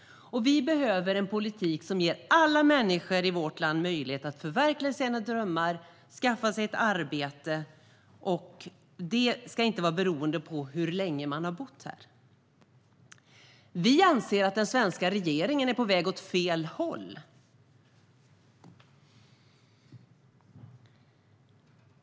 Vi behöver en politik som ger alla människor i vårt land möjlighet att förverkliga sina drömmar och skaffa sig ett arbete. Det ska inte vara beroende av hur länge man har bott här. Vi anser att den svenska regeringen är på väg åt fel håll.